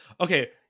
Okay